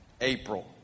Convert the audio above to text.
April